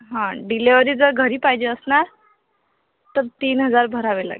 हा डिलिव्हरे जर घरी पाहिजे असणार तर तीन हजार भरावे लागतील